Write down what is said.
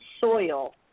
soil